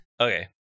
Okay